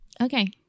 Okay